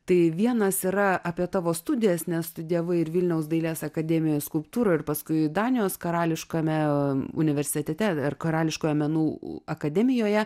tai vienas yra apie tavo studijas nes studijavai ir vilniaus dailės akademijoje skulptūrą ir paskui danijos karališkame universitete ar karališkoje menų akademijoje